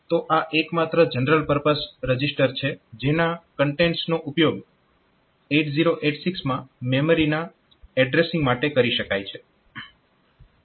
તો આ એકમાત્ર જનરલ પરપઝ રજીસ્ટર છે જેના કન્ટેન્ટ્સ નો ઉપયોગ 8086 માં મેમરીના એડ્રેસીંગ માટે કરી શકાય છે